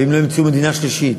ואם לא ימצאו מדינה שלישית,